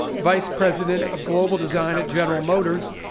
vice president of global design at general motors,